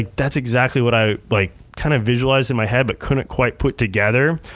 that's exactly what i like kind of visualized in my head but couldn't quite put together,